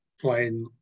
playing